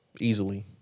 Easily